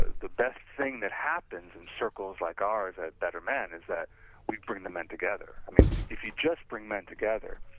ah the best thing that happens in circles like ours, a better man is that we bring the men together. i mean, if you just bring men together,